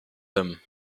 them